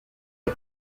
est